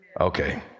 Okay